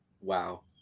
Wow